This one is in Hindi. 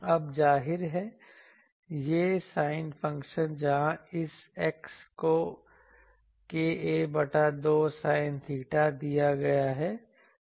अब जाहिर है यह sin फंक्शन जहाँ इस x को k a बटा 2 sin theta दिया गया है